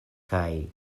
kaj